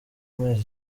amezi